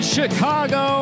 Chicago